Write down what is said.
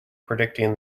predicting